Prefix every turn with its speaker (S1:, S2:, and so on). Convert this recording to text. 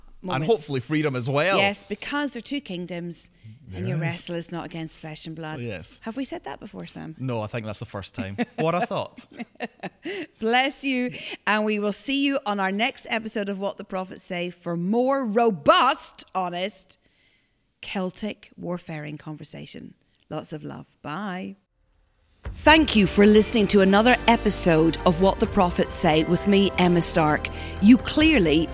S1: moments.
S2: And hopefully freedom as well.
S1: Yes, because they're two kingdoms, and your
S2: Yes.
S1: wrestle is not against flesh and blood.
S2: Oh, yes.
S1: Have we said that before, Sam?
S2: No, I think that's the first time. What a thought.
S1: Bless you, and we will see you on our next episode of What the Prophets Say for more robust, honest, Celtic warfaring conversation. Lots of love. Bye.
S3: Thank you for listening to another episode of What the Prophets Say with me, Emma Stark. You clearly